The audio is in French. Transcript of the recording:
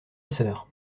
sœur